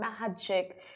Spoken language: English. magic